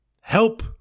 Help